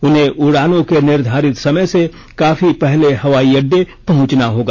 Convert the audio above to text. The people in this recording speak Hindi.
उन्हें उड़ानों के निर्धारित समय से काफी पहले हवाई अड्डे पहुंचना होगा